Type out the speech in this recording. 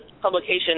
publication